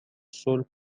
sol